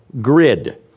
grid